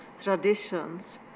traditions